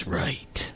right